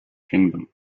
kingdom